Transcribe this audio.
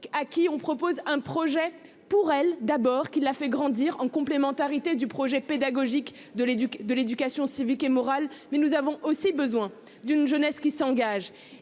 à qui on propose un projet pour elle d'abord qu'il l'a fait grandir en complémentarité du projet pédagogique de l'éduquer, de l'éducation civique et morale. Mais nous avons aussi besoin d'une jeunesse qui s'engage